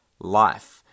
life